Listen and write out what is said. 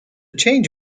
change